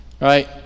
Right